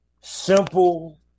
simple